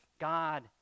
God